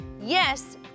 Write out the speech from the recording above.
Yes